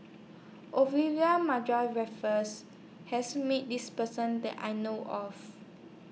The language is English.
Raffles has meet This Person that I know of